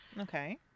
Okay